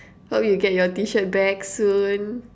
hope you'll get your T-shirt back soon